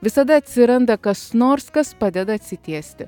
visada atsiranda kas nors kas padeda atsitiesti